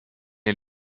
den